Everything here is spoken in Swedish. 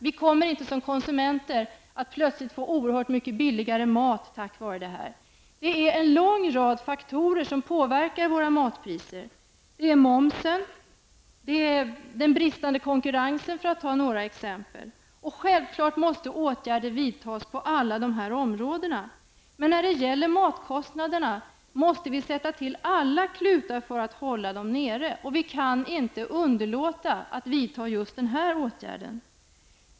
Vi kommer inte som konsumenter att plötsligt få oerhört billigare mat tack vare detta. En lång rad faktorer påverkar matpriserna. Bl.a. gör momsen och den bristande konkurrensen det. Självklart måste åtgärder vidtas på alla dessa områden. Vi måste sätta till alla klutar för att hålla matpriserna nere, och vi kan inte underlåta att vidta just den här åtgärden.